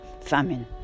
famine